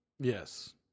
Yes